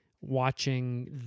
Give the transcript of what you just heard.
watching